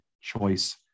choice